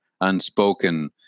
unspoken